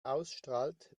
ausstrahlt